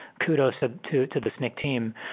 kudos ah to to the snyk team.